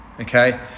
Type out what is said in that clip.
okay